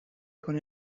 con